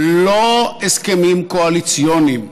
לא הסכמים קואליציוניים,